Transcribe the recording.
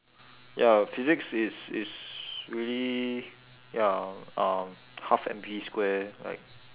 ya physics is is really ya um half M V square like